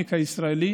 והחפיפניקיות הישראלית